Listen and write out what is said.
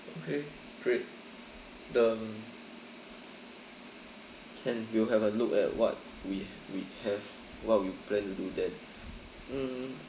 okay great then can we'll have a look at what we we have what we plan to do there um